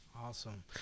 Awesome